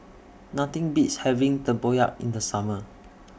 Nothing Beats having Tempoyak in The Summer